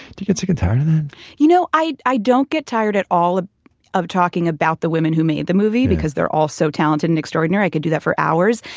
do you get sick and tired of that? you know, i i don't get tired at all ah of talking about the women who made the movie because they're all so talented and extraordinary, i could do that for hours.